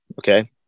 okay